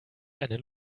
einen